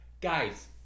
guys